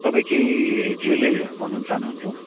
तपाईँ के ज्वेलरीहरू बनाउन चाहनुहुन्छ